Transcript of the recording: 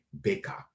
Baker